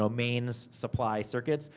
so main supply circuits.